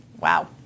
wow